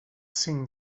cinc